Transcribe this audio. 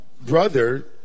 brother